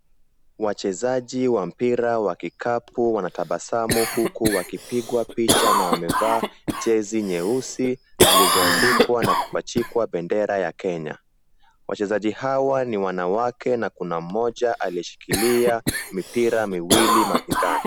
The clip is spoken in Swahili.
Wachezaji wa mpira wa kikapu wanatabasamu huku wakipigwa picha na wamevaa jezi nyeusi zilizoandikwa na kupachikwa bendera ya Kenya. Wachezaji hawa ni wanawake na kuna mmoja alishikilia mipira miwili mapikani.